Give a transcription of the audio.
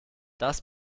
das